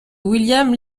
william